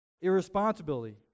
Irresponsibility